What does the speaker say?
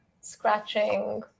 scratching